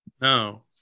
no